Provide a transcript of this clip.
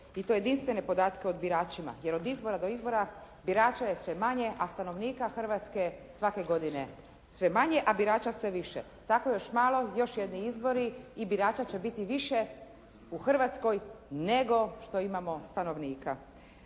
i to jedinstvene podatke o biračima, jer od izbora do izbora birača je sve manje a stanovnika Hrvatske svake godine sve manje, a birača sve više. Tako još malo, još jedni izbori i birača će biti više u Hrvatskoj nego što imamo stanovnika,